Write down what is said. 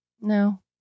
No